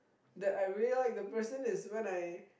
that I really like the person is when I